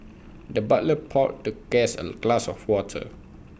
the butler poured the guest A glass of water